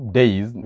days